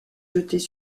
jetés